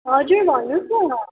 हजुर भन्नु होस् न